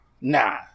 Nah